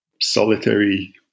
solitary